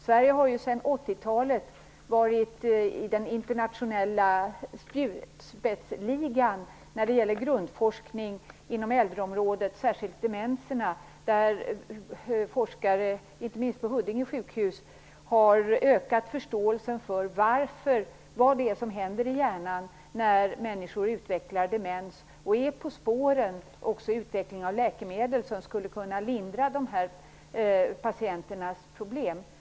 Sverige har sedan 80 talet varit i den internationella spjutsspetsligan när det gäller grundforskning inom äldreområdet, särskilt demenserna. Forskare inte minst på Huddinge sjukhus har ökat förståelsen för vad det är som händer i hjärnan när människor utvecklar demens. Man är också på spåren att utveckla läkemedel som skulle kunna lindra dessa patienters problem.